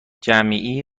جمعی